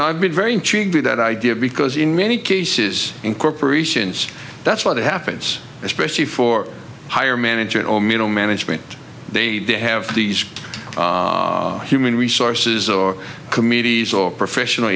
know i've been very intrigued with that idea because in many cases in corporations that's what happens especially for higher management or middle management they have these human resources or committees or professional